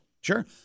Sure